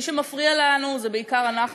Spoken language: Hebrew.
מי שמפריע לנו הוא בעיקר אנחנו,